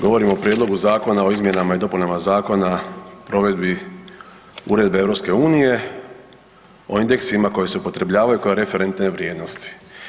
Govorim o Prijedlogu zakona o izmjenama i dopunama Zakona o provedbi Uredbe EU o indeksima koji se upotrebljavaju kao referentne vrijednosti.